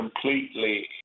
completely